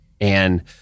and-